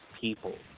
people